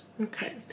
Okay